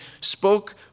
spoke